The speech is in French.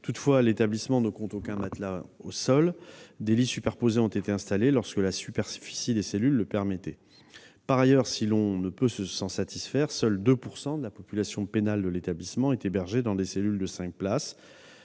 Toutefois, l'établissement ne compte aucun matelas au sol ; des lits superposés ont été installés lorsque la superficie des cellules le permettait. Par ailleurs, même si l'on ne peut s'en satisfaire, seulement 2 % de la population pénale de l'établissement est hébergée dans des cellules de cinq places.